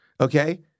okay